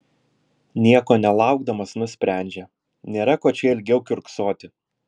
nieko nelaukdamas nusprendžia nėra ko čia ilgiau kiurksoti